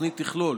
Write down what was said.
התוכנית תכלול